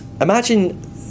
imagine